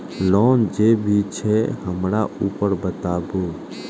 Loan जे भी छे हमरा ऊपर बताबू?